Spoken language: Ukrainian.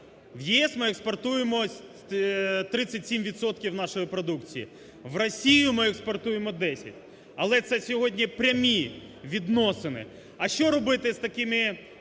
в ЄС ми експортуємо 37 відсотків нашої продукції, в Росію ми експортуємо 10, але це сьогодні прямі відносини. А що робити з такими